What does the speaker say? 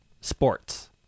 sports